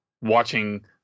watching